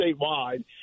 statewide